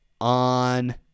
on